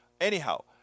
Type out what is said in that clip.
Anyhow